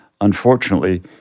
unfortunately